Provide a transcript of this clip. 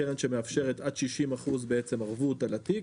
קרן שמאפשרת עד 60% ערבות על התיק